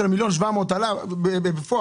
של היום,